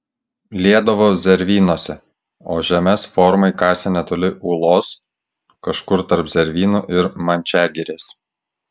liedavo zervynose o žemes formai kasė netoli ūlos kažkur tarp zervynų ir mančiagirės